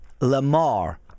Lamar